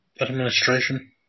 Administration